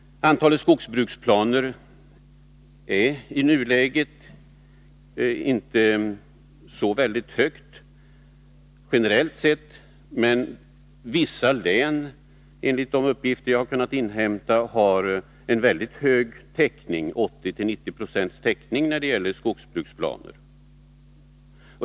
Antalet skogsbruksplaner är i nuläget inte så väldigt stort, generellt sett, men vissa län har enligt de uppgifter jag har inhämtat en mycket hög täckning — 80-90 96 — när det gäller skogsbruksplaner.